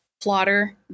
plotter